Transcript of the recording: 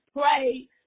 pray